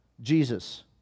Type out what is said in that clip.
Jesus